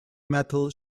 metal